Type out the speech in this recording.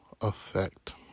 effect